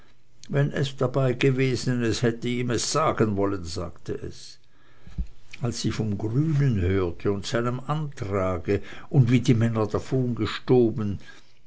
wenn es dabeigewesen es hätte ihm es sagen wollen sagte es als sie vom grünen hörte und seinem antrage und wie die männer